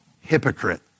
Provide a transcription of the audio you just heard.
hypocrite